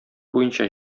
буенча